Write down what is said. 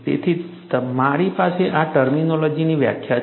તેથી મારી પાસે આ ટર્મિનોલોજીની વ્યાખ્યા છે